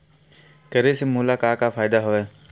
करे से मोला का का फ़ायदा हवय?